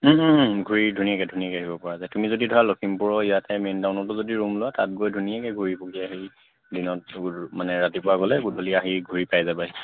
ঘূৰি ধুনীয়াকৈ ধুনীয়াকৈ আহিব পৰা যায় তুমি যদি ধৰা লখিমপুৰৰ ইয়াতে মেইন টাউনত যদি ৰুম লয় তাত গৈ ধুনীয়াকৈ ঘূৰি পকি সেই দিনত মানে ৰাতিপুৱা গ'লে গধূলি আহি ঘূৰি পাই যাবাহি